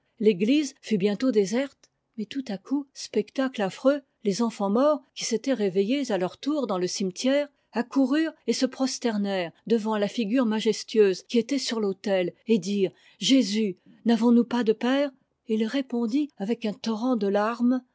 l'église fut bientôt déserte mais tout à coup spectacle affreux les enfants morts qui s'étaient k réveittés à leur tour dans le cimetière accoururent et se prosternèrent devant là figure ma jestueuse qui était sur l'autel et dirent jésus n'avons-nous pas de père et il répondit avec t un torrent de larmes